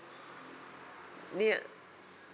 near